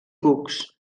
cucs